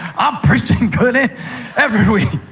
i'm preaching good every week.